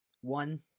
One